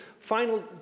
final